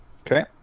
Okay